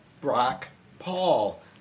Brock-Paul